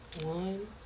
One